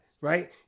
right